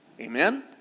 Amen